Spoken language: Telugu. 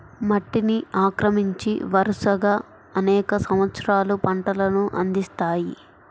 మట్టిని ఆక్రమించి, వరుసగా అనేక సంవత్సరాలు పంటలను అందిస్తాయి